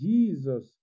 Jesus